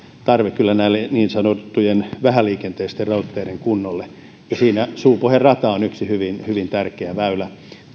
kyllä tarve niin sanottujen vähäliikenteisten rautateiden kunnostamiselle siinä suupohjan rata on yksi hyvin hyvin tärkeä väylä